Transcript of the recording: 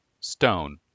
Stone